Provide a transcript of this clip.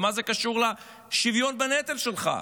ומה זה קשור לשוויון בנטל שלך?